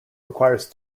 requires